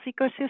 ecosystem